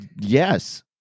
Yes